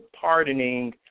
pardoning